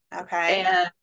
okay